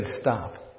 stop